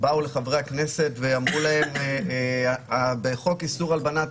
באו לחברי הכנסת ואמרו להם: בחוק איסור הלבנת